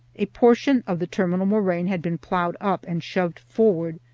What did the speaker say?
a portion of the terminal moraine had been plowed up and shoved forward,